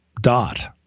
dot